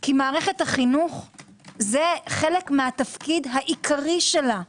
כי מערכת החינוך זה חלק מהתפקיד העיקרי שלה,